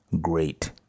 great